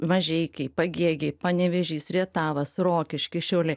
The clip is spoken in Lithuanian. mažeikiai pagėgiai panevėžys rietavas rokiškis šiauliai